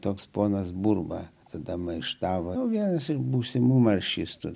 toks ponas burba tada maištavo drauge su būsimų maršistų